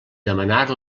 demanar